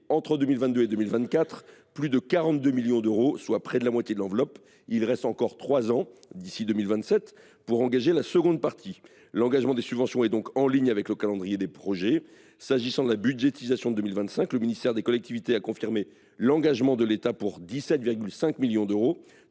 entre 2022 et la fin de 2024 plus de 42 millions d’euros, soit près de la moitié de l’enveloppe. Il reste encore trois ans d’ici à 2027 pour engager la seconde partie. L’engagement des subventions est donc en ligne avec le calendrier des projets. Concernant la budgétisation de 2025, le ministère des collectivités a confirmé l’engagement de l’État à hauteur de 17,5 millions d’euros,